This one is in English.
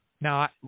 Now